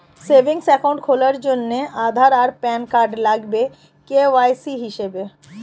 savings account খোলার জন্যে আধার আর প্যান কার্ড লাগবে কে.ওয়াই.সি হিসেবে